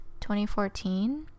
2014